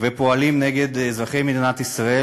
ופועלים נגד אזרחי מדינת ישראל.